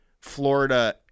Florida